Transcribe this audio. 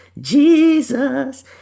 Jesus